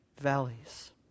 valleys